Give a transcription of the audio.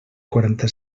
quaranta